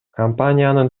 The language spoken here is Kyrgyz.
компаниянын